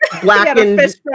blackened